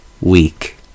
weak